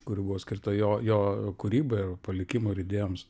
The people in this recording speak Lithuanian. kuri buvo skirta jo jo kūrybai ir palikimui ir idėjoms